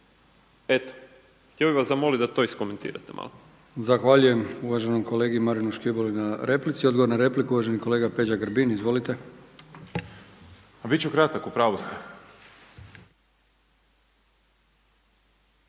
Eto, htio bih vas zamoliti da to iskomentirate malo. **Brkić, Milijan (HDZ)** Zahvaljujem uvaženom kolegi Marinu Škiboli na replici. Odgovor na repliku, uvaženi kolega Peđa Grbin. Izvolite. **Grbin, Peđa